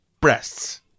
breasts